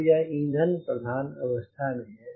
अब यह ईंधन प्रधान अवस्था में है